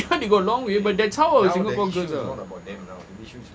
even if got long way but that's how singapore girls are